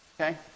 okay